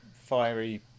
fiery